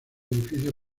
edificios